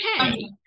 okay